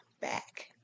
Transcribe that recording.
back